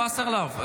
וסרלאוף,